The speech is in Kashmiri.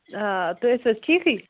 آ تُہۍ ٲسِو حظ ٹھیٖکھٕے